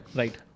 right